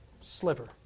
sliver